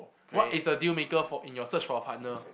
what is a deal maker for in your search for a partner